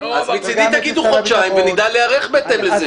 הביטחון --- אז מבחינתי תגידו חודשיים ונדע להיערך לזה,